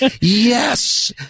yes